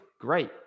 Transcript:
Great